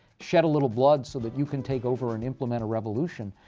shed a little blood so that you can take over and implement a revolution,